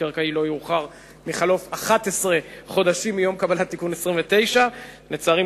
הספרתי-קרקעי יהיה לא יאוחר מחלוף 11 חודשים מיום קבלת תיקון 29. לצערי,